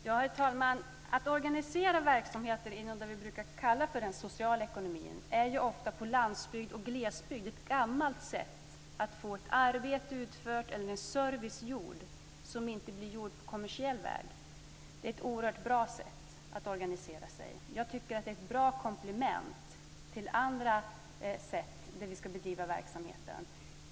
Herr talman! Att organisera verksamheter inom det som vi brukar kalla för den sociala ekonomin är ju ofta på landsbygd och glesbygd ett gammalt sätt att få ett arbete utfört eller en service gjord som inte blir gjort på kommersiell väg. Det är ett oerhört bra sätt att organisera sig. Jag tycker att det är ett bra komplement till andra sätt att bedriva verksamheten.